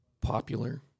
popular